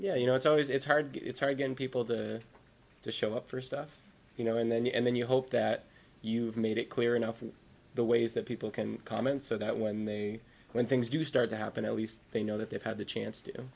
yeah you know it's always it's hard it's hard getting people to show up for stuff you know and then and then you hope that you've made it clear enough in the ways that people can comment so that when they when things do start to happen at least they know that they've had the chance to